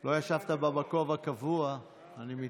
לא ישבת במקום הקבוע, אני מתנצל.